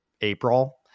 April